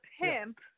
pimp